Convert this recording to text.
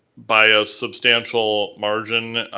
by a substantial margin,